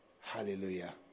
Hallelujah